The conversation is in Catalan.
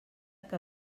que